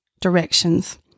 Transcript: directions